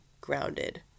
grounded